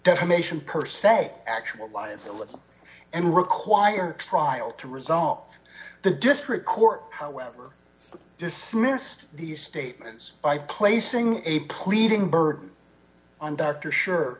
defamation per se actual liability and require trial to result the district court however dismissed the statements by placing a pleading burden on dr sure